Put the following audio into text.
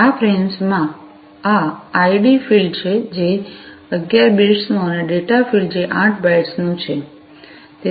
આ ફ્રેમ્સ માં આ આઈડી ફીલ્ડ છે જે 11 બિટ્સનું છે અને ડેટા ફીલ્ડ જે 8 બાઇટ્સનું છે